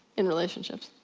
in relationships.